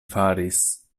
faris